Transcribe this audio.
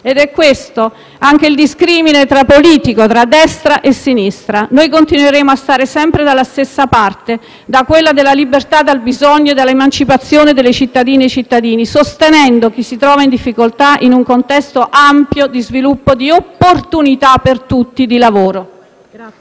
anche questo il discrimine politico tra destra e sinistra. Continueremo a stare sempre dalla stessa parte, quella che persegue la libertà dal bisogno e l'emancipazione delle cittadine e dei cittadini, sostenendo chi si trova in difficoltà in un contesto ampio di sviluppo di opportunità di lavoro